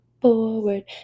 forward